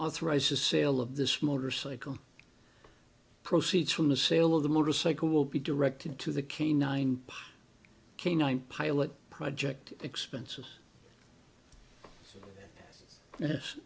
authorized the sale of this motorcycle proceeds from the sale of the motorcycle will be directed to the canine canine pilot project expenses